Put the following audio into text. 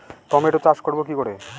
Tomato চাষ করব কি করে?